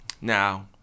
Now